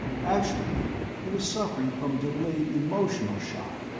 actually he was suffering from delayed emotional shock,